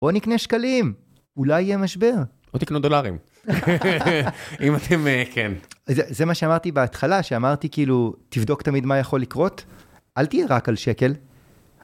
או נקנה שקלים, אולי יהיה משבר. או תקנו דולרים, אם אתם, כן. זה מה שאמרתי בהתחלה, שאמרתי כאילו, תבדוק תמיד מה יכול לקרות, אל תהיה רק על שקל.